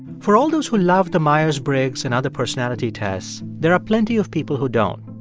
for all those who love the myers-briggs and other personality tests, there are plenty of people who don't.